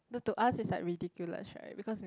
no to us it's like ridiculous right because we